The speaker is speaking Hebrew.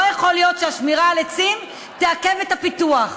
לא יכול להיות שהשמירה על העצים תעכב את הפיתוח.